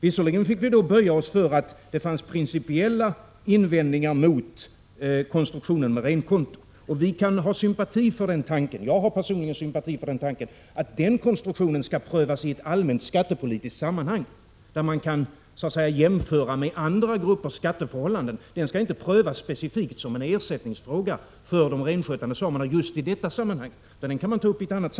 Visserligen fick vi böja oss”för att det fanns principiella invändningar mot konstruktionen med renkonto. Vi kan ha — och jag har personligen — sympati för tanken att den konstruktionen skall prövas i ett allmänt skattepolitiskt sammanhang, där man kan jämföra med andra gruppers skatteförhållanden. Den skall inte prövas specifikt som en ersättningsfråga för de renskötande samerna just i detta sammanhang.